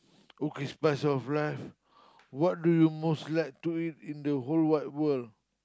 okay spice of life what do you most like to eat in the whole wide world